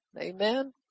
Amen